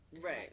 right